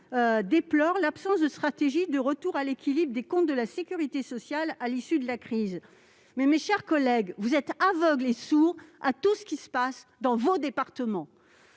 déplorent « l'absence de stratégie de retour à l'équilibre des comptes de la sécurité sociale à l'issue de la crise ». Mes chers collègues, vous êtes aveugles et sourds à ce qui se passe dans vos départements